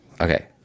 okay